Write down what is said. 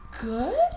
good